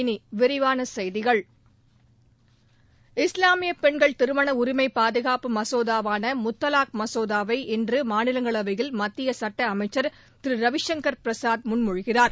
இனி விரிவான செய்திகள் இஸ்லாமிய பெண்கள் திருமண உரிமை பாதுகாப்பு மசோதாவான முத்தவாக் மசோதாவை இன்று மாநிலங்களவையில் மத்திய சட்ட அமைச்சர் திரு ரவிசங்கர் பிரசாத் முன்மொழிகிறார்